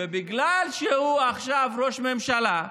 ובגלל שהוא עכשיו ראש ממשלה,